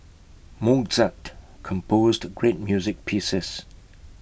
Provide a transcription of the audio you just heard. Mozart composed great music pieces